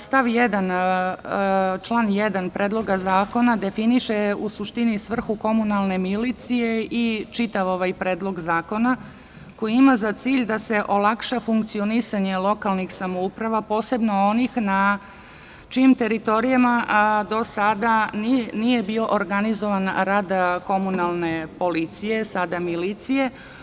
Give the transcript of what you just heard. Stav 1. člana 1. Predloga zakona definiše u suštini svrhu komunalne milicije i čitav ovaj predlog zakona koji ima za cilj da se olakša funkcionisanje lokalnih samouprava, posebno onih na čijim teritorijama do sada nije bio organizovan rad komunalne policije, sada milicije.